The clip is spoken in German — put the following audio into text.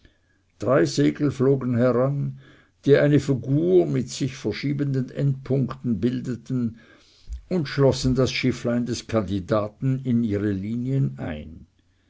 drei segel flogen heran die eine figur mit sich verschiebenden endpunkten bildeten und schlossen das schifflein des kandidaten in ihre linien ein